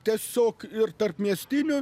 tiesiog ir tarpmiestinio